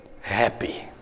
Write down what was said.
happy